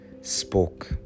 spoke